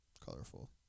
colorful